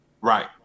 right